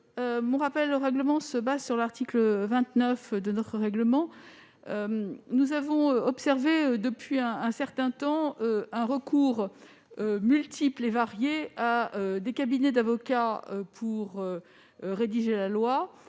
Mon rappel au règlement se fonde sur l'article 29 de notre règlement. Nous avons observé, depuis un certain temps, des recours multiples et variés à des cabinets d'avocats pour rédiger la loi